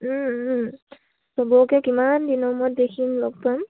চবকে কিমান দিনৰ মূৰত দেখিম লগ পাম